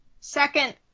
Second